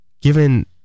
given